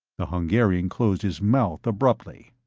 the hungarian closed his mouth, abruptly.